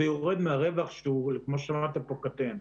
וזה יורד מהרווח שכמו שאמרתם פה קטֵן.